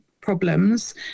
problems